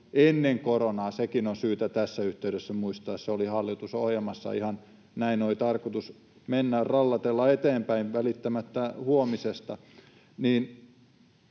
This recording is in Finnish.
ennen koronaa, sekin on syytä tässä yhteydessä muistaa. Se oli hallitusohjelmassa, ihan näin oli tarkoitus mennä rallatella eteenpäin välittämättä huomisesta.